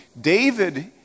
David